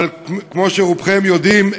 אבל כמו שרובכם יודעים,